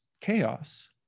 chaos